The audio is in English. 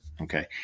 Okay